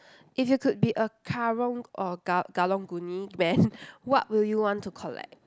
if you could be a karung or ga~ karang guni man what will you want to collect